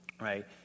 right